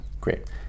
great